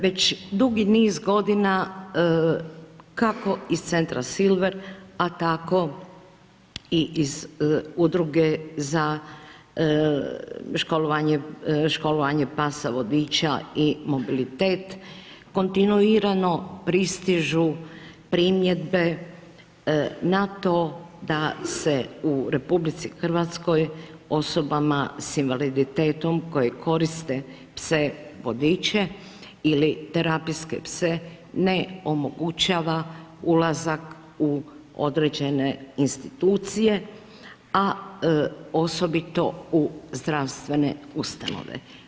Već dugi niz godina, kako iz Centra Silver, a tako i iz Udruge za školovanje pasa vodiča i mobilitet kontinuirano pristižu primjedbe na to da se u RH osobama s invaliditetom koje koriste pse vodiče ili terapijske pse ne omogućava ulazak u određene institucije, a osobito u zdravstvene ustanove.